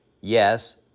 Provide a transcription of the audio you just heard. Yes